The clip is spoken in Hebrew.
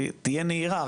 תהיה נהירה,